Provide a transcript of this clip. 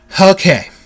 Okay